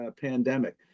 pandemic